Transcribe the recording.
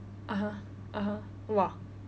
(uh huh) (uh huh) !wah!